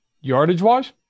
Yardage-wise